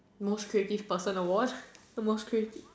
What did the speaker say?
most creative person award the most creative